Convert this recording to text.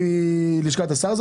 זה היה מלשכת השר?